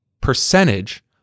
percentage